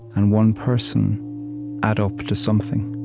and one person add up to something.